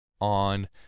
on